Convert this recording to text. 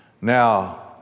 Now